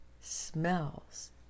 smells